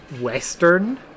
western